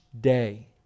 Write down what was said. day